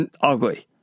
ugly